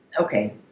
okay